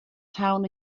town